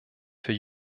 für